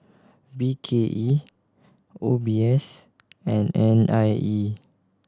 B K E O B S and N I E